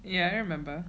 yeah I remember